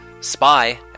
Spy